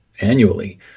annually